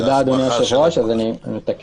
תודה, אדוני היושב-ראש, אז אני מתקן.